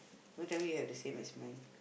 don't tell me you have the same as mine